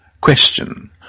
Question